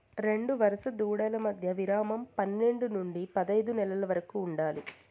రెండు వరుస దూడల మధ్య విరామం పన్నేడు నుండి పదైదు నెలల వరకు ఉండాలి